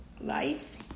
life